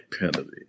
penalty